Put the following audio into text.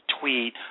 tweet